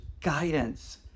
guidance